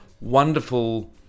wonderful